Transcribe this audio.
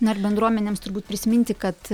na ir bendruomenėms turbūt prisiminti kad